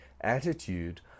attitude